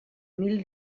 mil